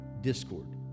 discord